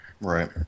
Right